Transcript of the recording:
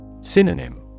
Synonym